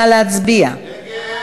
נא להצביע.